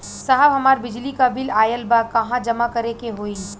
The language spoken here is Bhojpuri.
साहब हमार बिजली क बिल ऑयल बा कहाँ जमा करेके होइ?